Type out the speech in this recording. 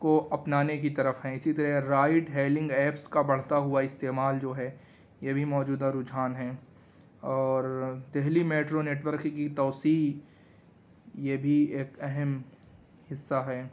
کو اپنانے کی طرف ہیں اسی طرح رائیڈ ہیلنگ ایپیس کا بڑھتا ہوا استعمال جو ہے یہ بھی موجودہ رجحان ہیں اور دہلی میٹرو نیٹ ورک کی توسیع یہ بھی ایک اہم حصہ ہیں